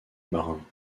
marins